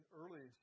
early